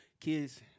kids